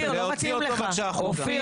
להוציא אותו בבקשה החוצה.